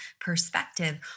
perspective